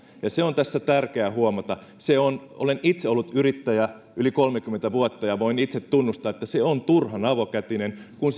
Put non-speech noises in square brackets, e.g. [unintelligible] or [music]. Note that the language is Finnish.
se on tässä tärkeää huomata olen itse ollut yrittäjä yli kolmekymmentä vuotta ja voin itse tunnustaa että se on turhan avokätinen kun [unintelligible]